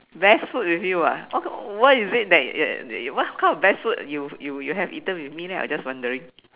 best food with you ah what kind what is it that uh what kind of best food you you have eaten with me leh I just wondering